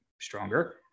stronger